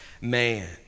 man